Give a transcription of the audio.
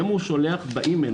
היום הוא שולח במייל,